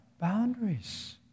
boundaries